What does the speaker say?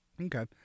okay